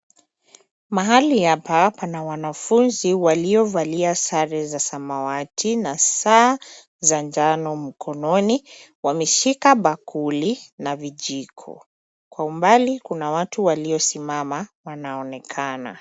Mahali hapa pana wanafunzi waliovalia sare za samawati, na saa za njano mkononi. Wameshika bakuli na vijiko. Kwa umbali, kuna watu waliosimama wanaonekana.